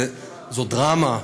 זאת דרמה.